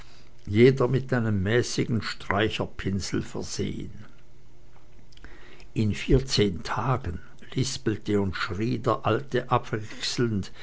jeder mit einem mäßigen streicherpinsel versehen in vierzehn tagen lispelte und schrie der alte abwechselnd